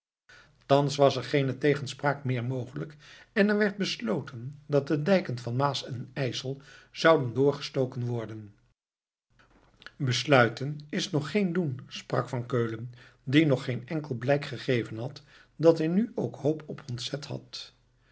thans was er geene tegenspraak meer mogelijk en er werd besloten dat de dijken van maas en ijsel zouden doorgestoken worden besluiten is nog geen doen sprak van keulen die nog geen enkel blijk gegeven had dat hij nu ook hoop op ontzet had